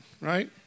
right